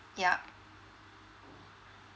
yeah